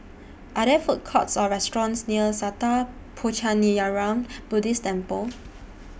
Are There Food Courts Or restaurants near Sattha Puchaniyaram Buddhist Temple